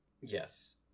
yes